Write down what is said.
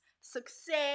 success